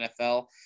NFL